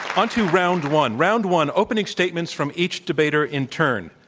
on to round one. round one, opening statements from each debater in turn.